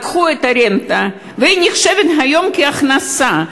לקחו את הרנטה והיא נחשבת היום להכנסה.